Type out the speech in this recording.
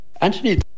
Anthony